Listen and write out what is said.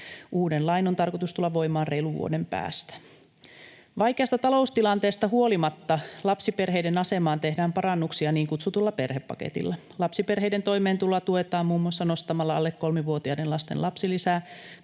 Uuden lain on tarkoitus tulla voimaan reilun vuoden päästä. Vaikeasta taloustilanteesta huolimatta lapsiperheiden asemaan tehdään parannuksia niin kutsutulla perhepaketilla. Lapsiperheiden toimeentuloa tuetaan muun muassa nostamalla alle kolmivuotiaiden lasten lapsilisää